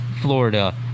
Florida